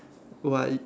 why